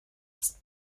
ist